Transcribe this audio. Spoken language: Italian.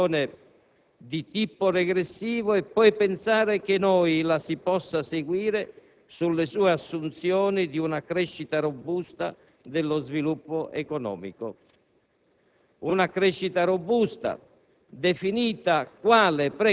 non può rappresentarci una situazione di tipo regressivo, e poi pensare che si possano seguire le sue assunzioni di una crescita robusta dello sviluppo economico.